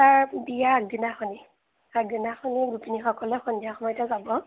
তাত বিয়া আগদিনাখনেই আগদিনাখনেই গোপিনীসকলে সন্ধিয়া সময়তে যাব